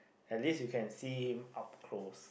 at least you can see him up close